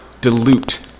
dilute